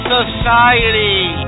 Society